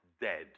dead